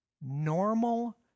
normal